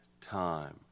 time